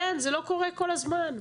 כן, זה לא קורה כל הזמן.